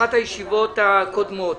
באחת הישיבות הקודמות.